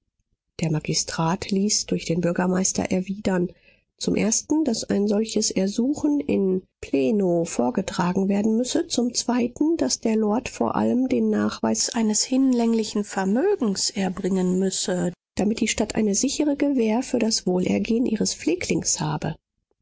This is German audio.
der magistrat ließ durch den bürgermeister erwidern zum ersten daß ein solches ersuchen in pleno vorgetragen werden müsse zum zweiten daß der lord vor allem den nachweis eines hinlänglichen vermögens erbringen müsse damit die stadt eine sichere gewähr für das wohlergehen ihres pfleglings habe